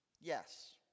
Yes